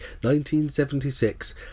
1976